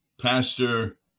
Pastor